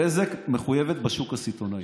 בזק מחויבת בשוק הסיטונאי.